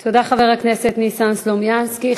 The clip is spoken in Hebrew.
תודה, חבר הכנסת ניסן סלומינסקי.